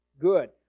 good